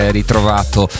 ritrovato